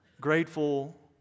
grateful